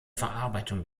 verarbeitung